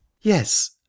Yes